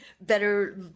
better